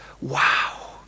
Wow